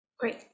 Great